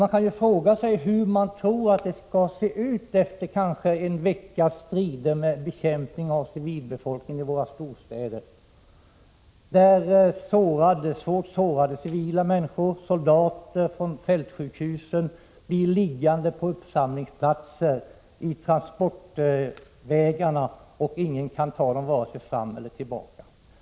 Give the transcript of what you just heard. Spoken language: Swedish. Man kan ju fråga sig hur det skulle se ut efter en veckas strider med bekämpning av civilbefolkningen i våra storstäder. Svårt sårade civila människor och soldater från fältsjukhusen blir liggande på uppsamlingsplatser vid transportvägarna, och ingen kan ta dem vare sig fram eller tillbaka.